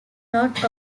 not